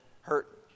hurt